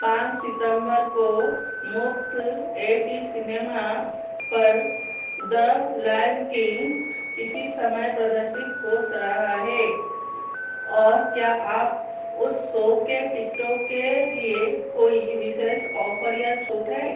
पाँच सितंबर को मुक्त ए टी सिनेमा पर द लायन किंग किसी समय प्रदर्शित हो स रहा है और क्या आप उस सो की टिकटों के लिए कोई विशेष ऑफ़र या छूट है